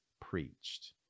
preached